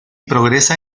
progresa